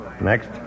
Next